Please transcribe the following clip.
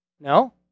No